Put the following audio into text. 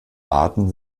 arten